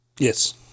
Yes